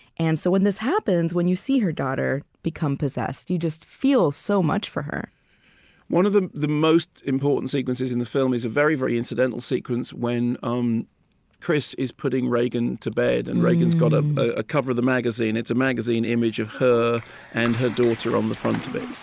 and so, when this happens, when you see her daughter become possessed, you just feel so much for her one of the the most important sequences in the film is a very, very incidental sequence when um chris is putting regan to bed, and regan's got um a cover of the magazine. it's a magazine image of her and her daughter on the front of it